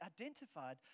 identified